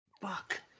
fuck